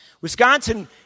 Wisconsin